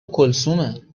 کلثومه